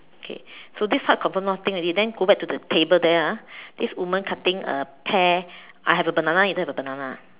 okay so this part confirm nothing already then go back to the table there ah this woman cutting a pear I have a banana you don't have a banana